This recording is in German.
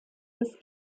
bis